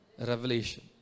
revelation